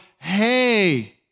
hey